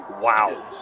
Wow